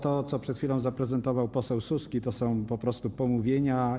To, co przed chwilą zaprezentował poseł Suski, to są po prostu pomówienia.